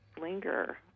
linger